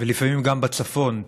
ולפעמים גם בצפון,